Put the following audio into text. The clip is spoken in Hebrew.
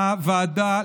הוועדה,